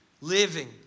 living